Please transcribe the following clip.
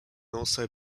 also